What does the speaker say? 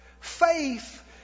Faith